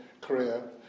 career